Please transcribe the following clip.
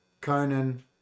Conan